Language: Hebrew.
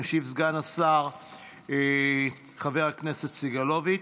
ישיב סגן השר חבר הכנסת סגלוביץ'.